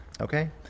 Okay